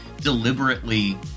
deliberately